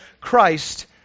Christ